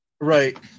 Right